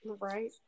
right